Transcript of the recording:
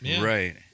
Right